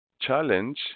challenge